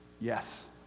Yes